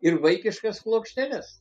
ir vaikiškas plokšteles